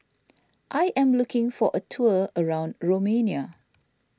I am looking for a tour around Romania